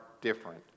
different